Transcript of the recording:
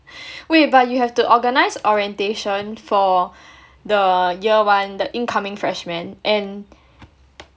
wait but you have to organize orientation for the year one the incoming freshmen and